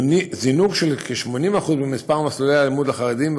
זינוק של כ-80% במספר מסלולי הלימוד לחרדים,